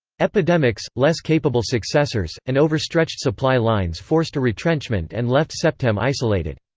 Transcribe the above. epidemics, less capable successors, and overstretched supply lines forced a retrenchment and left septem isolated.